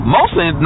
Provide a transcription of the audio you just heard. Mostly